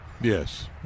Yes